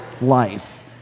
life